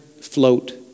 float